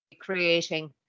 creating